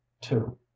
two